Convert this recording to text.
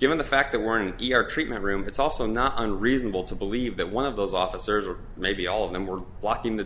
given the fact that weren't treatment room it's also not unreasonable to believe that one of those officers or maybe all of them were blocking the